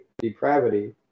depravity